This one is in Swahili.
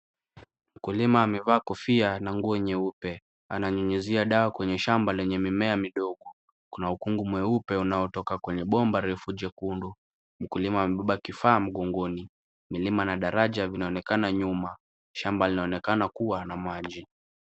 Mkulima amevaa kofia na nguo nyeupe. Ananyunyuzia dawa kwenye shamba lenye mimea midogo. Kuna ukungu mweupe unaotoka kwenye bomba refu jekundu. Mkulima amebeba kifaa mgongoni. Milima na daraja vinaonekana nyuma. Shamba linaonekana kuwa na maji.